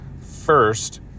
first